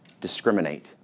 discriminate